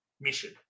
mission